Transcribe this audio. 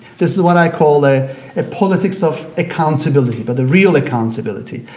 this is what i call a and politics of accountability, but the real accountability.